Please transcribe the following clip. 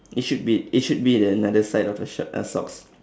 it should be it should be the another side of the shir~ uh socks